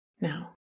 Now